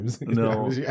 No